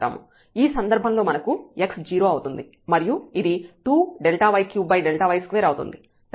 ఈ సందర్భంలో మనకు x 0 అవుతుంది మరియు ఇది 2Δy3Δy2 అవుతుంది